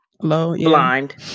Blind